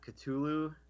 Cthulhu